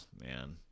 man